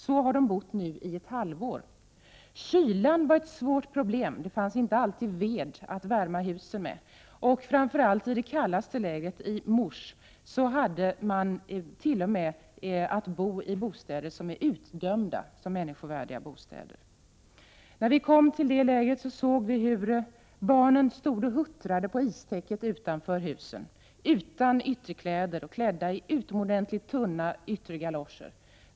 Så har det varit under ett halvår. Kylan var också ett svårt problem, och det fanns inte alltid ved att värma husen med. I det kallaste lägret, i Mus, fick människor t.o.m. bo i bostäder som var utdömda som människovärdiga bostäder. När vi kom till detta läger såg vi hur barnen stod och huttrade på istäcket utanför husen utan ytterkläder och med mycket tunna galoscher.